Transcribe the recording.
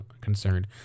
concerned